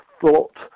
thought